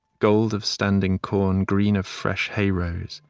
gold of standing corn, green of fresh hay-rows,